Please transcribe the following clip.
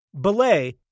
Belay